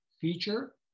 feature